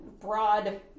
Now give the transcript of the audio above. Broad